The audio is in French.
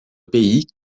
pays